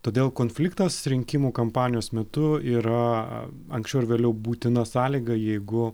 todėl konfliktas rinkimų kampanijos metu yra anksčiau ar vėliau būtina sąlyga jeigu